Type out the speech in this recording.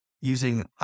using